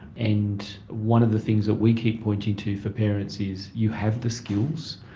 and one of the things that we keep pointing to for parents is you have the skills,